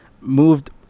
moved